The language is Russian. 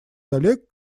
коллег